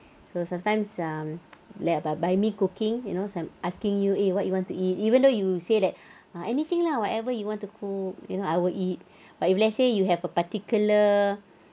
so sometimes um like by by me cooking you know some asking you eh what you want to eat even though you say that ah anything lah whatever you want to cook you know I will eat but if let's say you have a particular